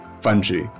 fungi